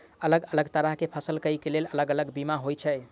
अलग अलग तरह केँ फसल केँ लेल अलग अलग बीमा होइ छै?